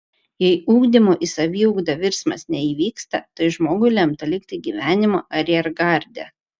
jei ugdymo į saviugdą virsmas neįvyksta tai žmogui lemta likti gyvenimo ariergarde